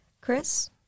Chris